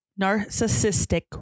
narcissistic